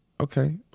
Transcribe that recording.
Okay